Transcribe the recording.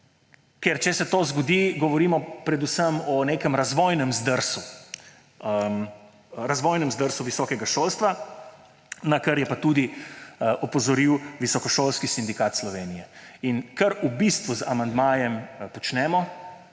Ker če se to zgodi, govorimo predvsem o nekem razvojnem zdrsu visokega šolstva, na kar je pa tudi opozoril Visokošolski sindikat Slovenije. In kar v bistvu z amandmajem počnemo,